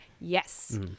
yes